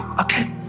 okay